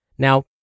Now